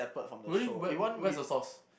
will you where where's the source